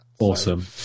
Awesome